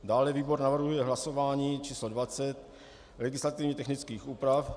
Dále výbor navrhuje hlasování číslo dvacet legislativně technických úprav.